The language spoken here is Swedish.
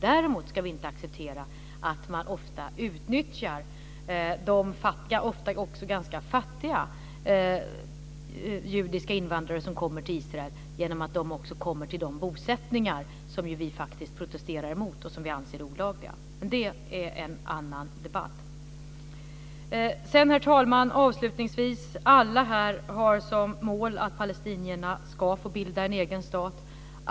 Däremot ska vi inte acceptera att man ofta utnyttjar de också ganska fattiga judiska invandrare som kommer till Israel genom att de också kommer till de bosättningar som vi faktiskt protesterar mot och som vi anser olagliga. Det är dock en annan debatt. Avslutningsvis, herr talman: Alla här har som mål att palestinierna ska få bilda en egen stat.